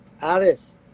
Alice